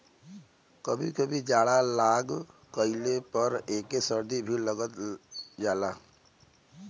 कभी कभी जाड़ा लाग गइले पर एके सर्दी भी कहल जाला